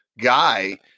guy